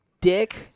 dick